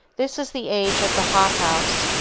this is the age of the hothouse.